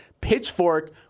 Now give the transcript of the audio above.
Pitchfork